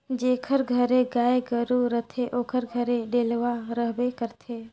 जेकर घरे गाय गरू रहथे ओकर घरे डेलवा रहबे करथे